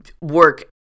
work